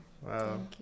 Wow